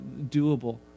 doable